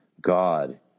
God